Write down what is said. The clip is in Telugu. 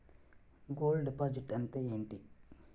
గోల్డ్ డిపాజిట్ అంతే ఎంటి?